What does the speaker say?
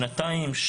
שנתיים,